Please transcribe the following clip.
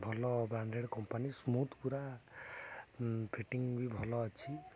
ଭଲ branded company smooth ପୁରା fitting ବି ଭଲ ଅଛି